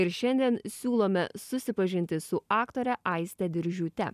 ir šiandien siūlome susipažinti su aktore aiste diržiūte